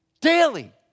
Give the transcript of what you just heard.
Daily